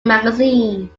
magazine